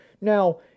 Now